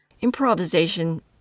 Improvisation